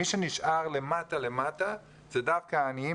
מי שנשאר למטה למטה זה דווקא העניים